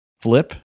Flip